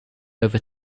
over